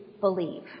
believe